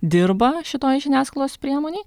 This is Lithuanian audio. dirba šitoj žiniasklaidos priemonėj